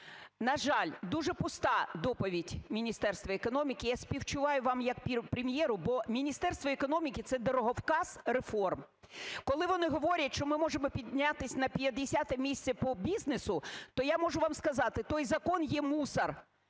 На жаль, дуже пуста доповідь Міністерства економіки. Я співчуваю вам як Прем'єру, бо Міністерство економіки – це дороговказ реформ. Коли вони говорять, що ми можемо піднятись на 50 місце по бізнесу, то я можу вам сказати, той закон є мусор.